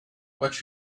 watch